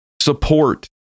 support